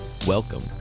Welcome